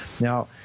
Now